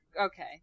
okay